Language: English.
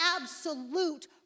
absolute